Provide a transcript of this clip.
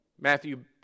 Matthew